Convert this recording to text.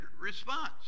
response